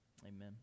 Amen